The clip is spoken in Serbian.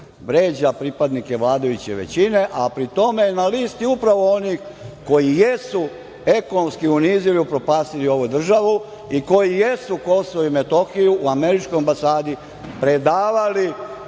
vređa pripadnike vladajuće većine, a pri tome su na listi upravo oni koji jesu ekonomski unizili, upropastili ovu državu i koji jesu Kosovo i Metohiju u američkoj ambasadi predavali